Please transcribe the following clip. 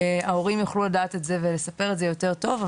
שההורים יוכלו לדעת ולספר את זה יותר טוב,